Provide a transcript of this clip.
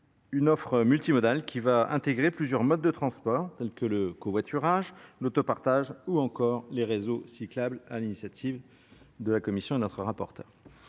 une offre multimodale qui va intégrer plusieurs modes de transport tels que le covoiturage, l'autopartage ou encore les réseaux cyclables, à l'initiative de la Commission et de notre rapporteur